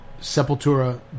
Sepultura